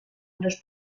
los